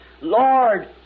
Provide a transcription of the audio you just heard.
Lord